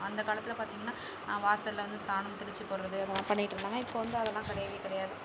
அந்தக் காலத்தில் பார்த்தீங்கனா வாசலில் வந்து சாணம் தெளித்து போடுறது பண்ணிவிட்டு இருந்தாங்க இப்போ வந்து அதெல்லாம் கிடையவே கிடையாது